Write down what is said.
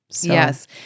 Yes